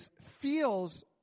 feels